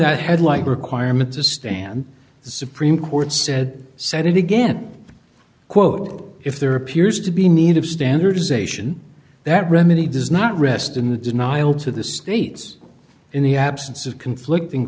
that headlight requirement to stand the supreme court said said it again quote if there appears to be need of standardization that remedy does not rest in the denial to the states in the absence of conflicting